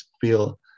feel